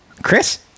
Chris